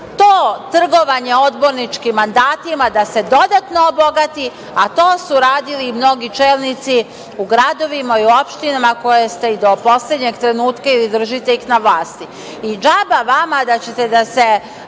to trgovanje odborničkim mandatima da se dodatno obogati, a to su radili i mnogi čelnici u gradovima i u opštinama koje ste do poslednjeg trenutka ili držite ih na vlasti. DŽaba vama da ćete da se